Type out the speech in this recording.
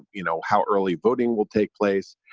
you know how early voting will take place.